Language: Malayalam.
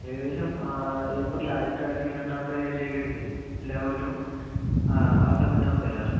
ഏകദേശം ഏപ്രിൽ ആദ്യത്തെ അല്ലെങ്കിൽ രണ്ടാമത്തെ ആഴ്ച്ച ഒക്കെ ആയിട്ട് എല്ലാ കൊല്ലവും ആ സമയത്താണ് വരാറ്